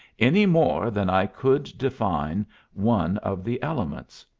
any more than i could define one of the elements.